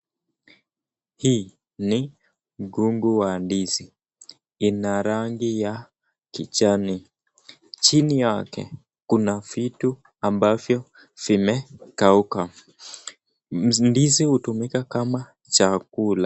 Hii, ni, mkungu wa ndizi, ina rangi ya, kichani, chini yake, kuna fitu, ambafyo, fime, kauka, ndizi hutumika kama, chakula.